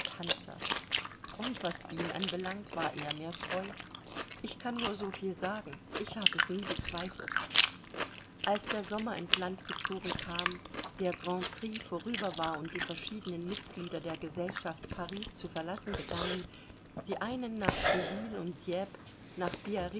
und was ihn anbelangt war er mir treu ich kann nur so viel sagen ich hab es nie bezweifelt als der sommer ins land gezogen kam der grand prix vorüber war und die verschiedenen mitglieder der gesellschaft paris zu verlassen begannen die einen nach trouville und dieppe nach